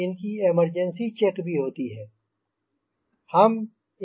इनकी emergency check भी होती है हम एक इमर्जेन्सी चेक करेंगे